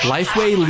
Lifeway